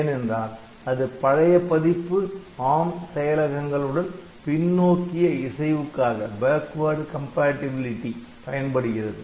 ஏனென்றால் அது பழைய பதிப்பு ARM செயலகங்கள் உடன் பின்னோக்கிய இசைவுக்காக பயன்படுகிறது